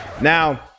Now